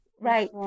Right